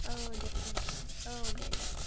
औ दे होमबा औ दे दे